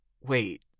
wait